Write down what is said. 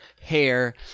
hair